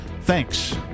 Thanks